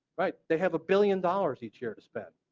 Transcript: but they have a billion dollars each year to spend.